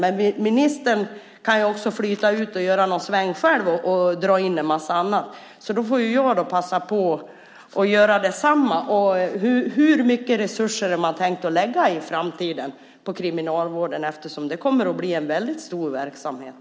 Men ministern kan också flyta ut, göra någon sväng och dra in en massa annat. Då får jag passa på att göra detsamma. Jag undrar hur mycket resurser man har tänkt lägga i framtiden på kriminalvården, eftersom det kommer att bli en väldigt stor verksamhet.